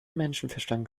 menschenverstand